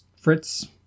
Fritz